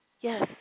Yes